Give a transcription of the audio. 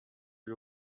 you